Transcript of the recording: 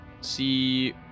see